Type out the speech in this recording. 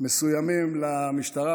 מסוימים למשטרה,